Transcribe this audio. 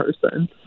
person